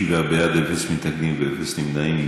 שבעה בעד, אין מתנגדים ואין נמנעים.